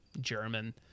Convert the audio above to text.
German